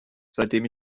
seitdem